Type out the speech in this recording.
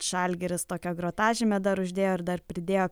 žalgiris tokią grotažymę dar uždėjo ir dar pridėjo